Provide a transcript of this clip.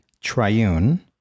triune